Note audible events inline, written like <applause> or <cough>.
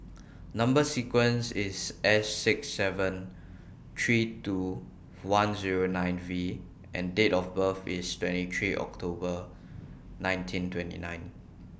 <noise> Number sequence IS S six seven three two one Zero nine V and Date of birth IS twenty three October nineteen twenty nine